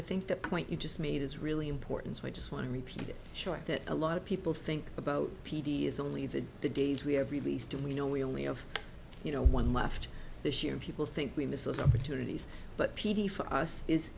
i think the point you just made is really important so i just want to repeat it short that a lot of people think about p d s only the days we have released we know we only of you know one left this year people think we missed opportunities but p t for us is